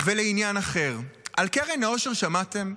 ולעניין אחר, על קרן העושר שמעתם?